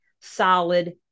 solid